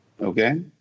Okay